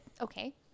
okay